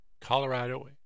Colorado